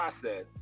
process